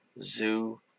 zoo